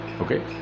Okay